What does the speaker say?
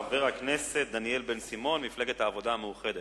חבר הכנסת דניאל בן-סימון ממפלגת העבודה המאוחדת.